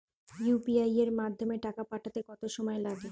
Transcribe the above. UPI এর মাধ্যমে টাকা পাঠাতে কত সময় লাগে?